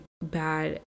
bad